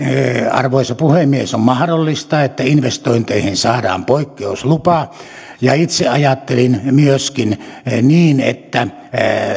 arvoisa puhemies on mahdollista että investointeihin saadaan poikkeuslupa ja itse ajattelin myöskin niin että